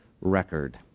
record